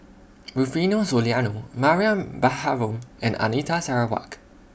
Rufino Soliano Mariam Baharom and Anita Sarawak